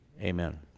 Amen